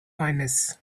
kindness